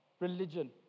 religion